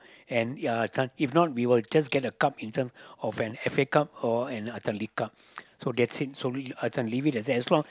and ya uh this one if not we'll just get a cup in terms of an F_A-Cup or no Atlantic cup that's it so l~ I just want to leave it at that as long